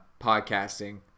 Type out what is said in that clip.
podcasting